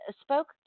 spoke